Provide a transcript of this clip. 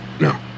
No